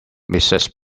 mrs